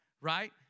Right